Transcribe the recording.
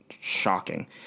shocking